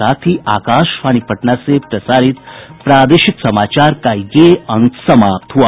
इसके साथ ही आकाशवाणी पटना से प्रसारित प्रादेशिक समाचार का ये अंक समाप्त हुआ